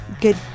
Good